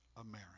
America